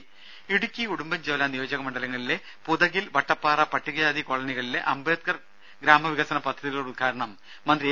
രുക ഇടുക്കി ഉടുമ്പൻചോല നിയോജകമണ്ഡലങ്ങളിലെ പുതകിൽ വട്ടപ്പാറ പട്ടികജാതി കോളനികളിലെ അംബേദ്കർ ഗ്രാമവികസന പദ്ധതികളുടെ ഉദ്ഘാടനം മന്ത്രി എ